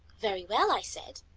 very well, i said,